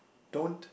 don't